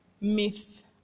myth